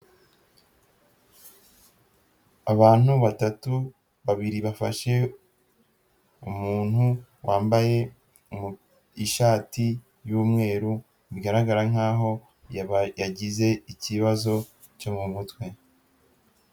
Abantu batatu, babiri bafashe umuntu wambaye ishati y'umweru, bigaragara nk'aho yagize ikibazo cyo mu mutwe.